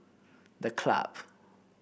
The Club